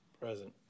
Present